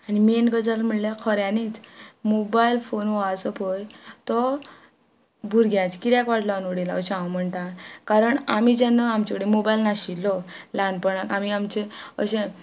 आनी मेन गजाल म्हळ्यार खऱ्यांनीच मोबायल फोन हो आस पय तो भुरग्यांचे कित्याक वाडलान उडयला अशें हांव म्हणटा कारण आमी जेन्ना आमचे कडेन मोबायल नाशिल्लो ल्हानपणाक आमी आमचे अशें